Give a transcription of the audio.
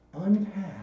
unpack